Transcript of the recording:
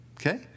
Okay